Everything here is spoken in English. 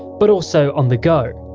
but also on the go.